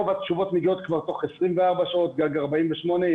רוב התשובות מגיעות תוך 24 שעות עד 48 שעות.